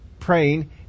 Praying